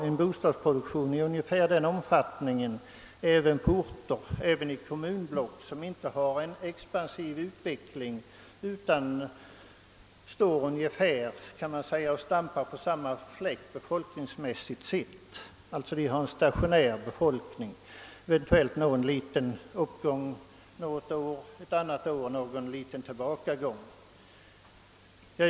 En bostadsproduktion av den omfattningen behövs rimligtvis även i kommunblock som inte har en expansiv utveckling utan som befolkningsmässigt står och stampar på ungefär samma fläck — eventuellt kan det vara någon liten uppgång det ena året och det andra året någon liten tillbakagång.